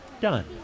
done